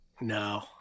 No